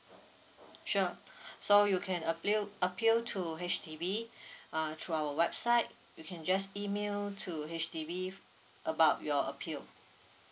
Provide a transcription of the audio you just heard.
sure so you can appeal appeal to H_D_B uh through our website you can just email to H_D_B about your appeal